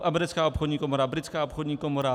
Americká obchodní komora, Britská obchodní komora.